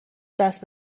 دست